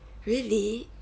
really